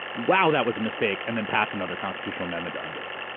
wow, that was a mistake, and then pass another constitutional amendment to undo it.